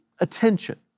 attention